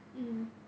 mm